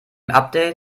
update